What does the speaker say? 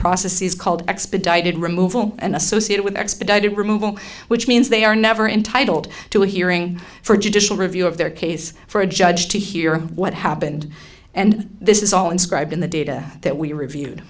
process is called expedited removal and associated with expedited removal which means they are never intitled to a hearing for judicial review of their case for a judge to hear what happened and this is all inscribed in the data that we reviewed